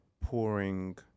pouring